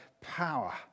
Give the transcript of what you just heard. power